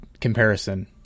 comparison